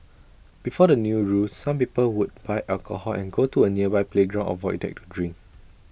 before the new rules some people would buy alcohol and go to A nearby playground or void deck to drink